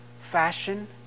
fashion